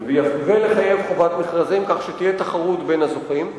ולחייב חובת מכרזים כך שתהיה תחרות בין הזוכים.